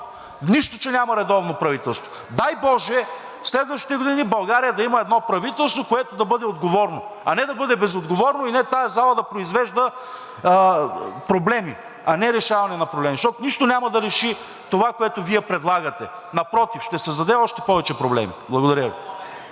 Нищо, че няма редовно правителство. Дай боже, в следващите години България да има едно правителство, което да бъде отговорно, а не да бъде безотговорно и не тази зала да произвежда проблеми, а не решаване на проблеми, защото нищо няма да реши това, което Вие предлагате. Напротив, ще създаде още повече проблеми. Благодаря Ви.